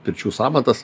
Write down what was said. pirčių sąmatas